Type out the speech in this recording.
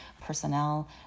personnel